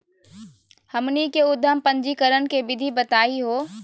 हमनी के उद्यम पंजीकरण के विधि बताही हो?